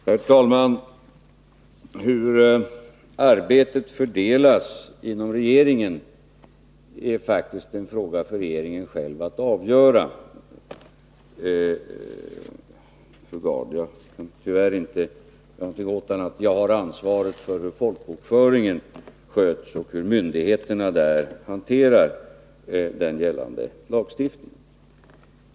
Herr talman! Hur arbetet fördelas inom regeringen är faktiskt en fråga för regeringen själv att avgöra, fru Gard. Jag kan tyvärr inte göra något åt att jag har ansvaret för hur folkbokföringen sköts och hur myndigheterna på det området hanterar den gällande lagstiftningen.